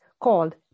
called